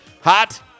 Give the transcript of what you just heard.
Hot